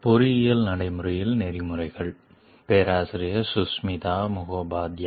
Ethics in Engineering Practice Prof